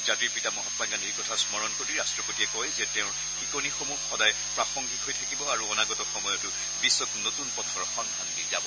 জাতিৰ পিতা মহামা গান্ধীৰ কথা স্মৰণ কৰি ৰট্টপতিয়ে কয় যে তেওঁৰ শিকনিসমূহ সদায় প্ৰাসংগিক হৈ থাকিব আৰু অনাগত সময়তো বিশ্বক নতুন পথৰ সন্ধান দি যাব